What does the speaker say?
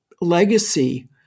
legacy